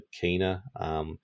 Keener